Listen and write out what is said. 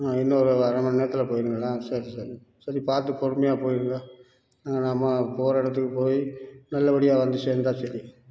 இன்னும் இன்னொரு அரை மணி நேரத்தில் போயிடுவிங்களா சரி சரி சரி பார்த்து பொறுமையாக போயிடுங்க நம்ம போகிற இடத்துக்கு போய் நல்லப்படியாக வந்து சேர்ந்தா சரி